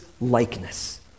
likeness